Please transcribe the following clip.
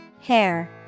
Hair